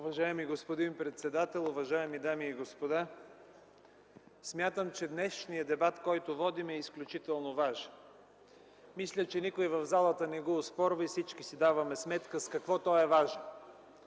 Уважаеми господин председател, уважаеми дами и господа! Смятам, че днешният дебат, който водим, е изключително важен. Мисля, че никой в залата не го оспорва и всички си даваме сметка с какво той е важен.